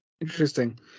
interesting